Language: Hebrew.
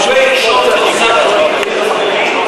עפר, תלך רגע, תדבר שנייה.